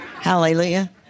Hallelujah